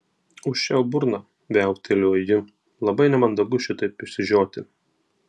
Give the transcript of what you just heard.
užčiaupk burną viauktelėjo ji labai nemandagu šitaip išsižioti